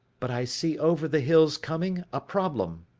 but i see over the hills coming a problem.